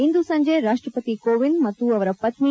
ಇಂದು ಸಂಜೆ ರಾಷ್ಷಪತಿ ಕೋವಿಂದ್ ಮತ್ತು ಅವರ ಪತ್ನಿ